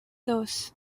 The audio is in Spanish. dos